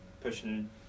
pushing